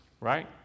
right